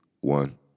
One